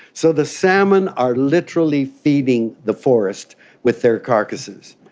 so the salmon are literally feeding the forest with their carcasses.